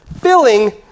filling